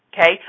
Okay